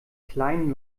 kleinen